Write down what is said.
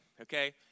okay